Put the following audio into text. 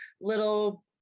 little